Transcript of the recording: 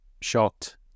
shocked